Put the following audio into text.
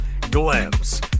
Glimpse